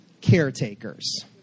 caretakers